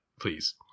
please